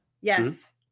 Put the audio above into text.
Yes